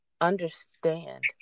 understand